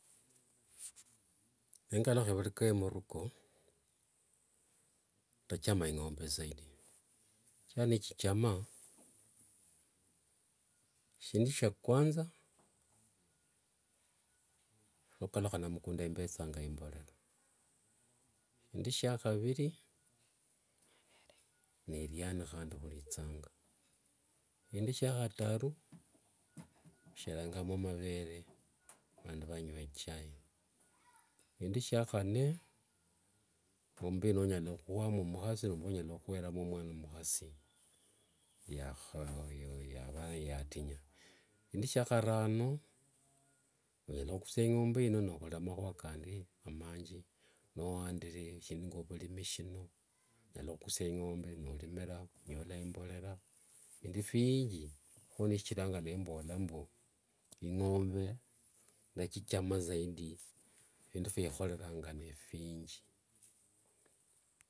Nengaluha vureka we mruko ndachama ing'ombe zaidi, shikira nechichama, shindu shya kwanza nokaluha namkunda imbetsanga imborera, shindu shya haviri neriani handi huritsanga, shindu shya hataru husherangamo mavere vandu vanywa ichai, shindu shya hanne ing'ombe ino onyala huhwamo omukhasi nomba onyala huhweramo omwana omukhasi yaava yatinya, eshindu shia harano onyala hukuusia ing'ombe ino nohorera mahua kandi amanji niwaandire shindu nge vurimi shino onyala hukusia ing'ombe norimira, onyola imborera, efindu vingi, ho neshichiranga nembola mbu ing'ombe ndachichama zaidi findu vihoreranga neevinji.